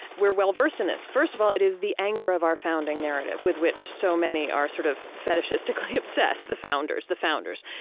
we're well versed in this. first of all, it is the anger of our founding narrative, with which so many are, sort of, fetishistically obsessed. the founders. the founders.